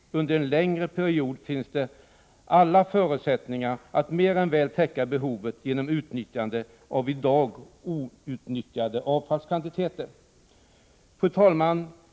Under en längre period finns det alla förutsättningar att mer än väl täcka behovet genom utnyttjande av i dag outnyttjade avfallskvantiteter. Fru talman!